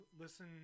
listen